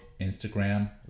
Instagram